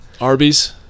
Arby's